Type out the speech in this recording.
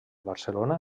barcelona